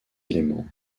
éléments